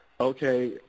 okay